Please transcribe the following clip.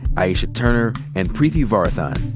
aisha turner and preeti varathan.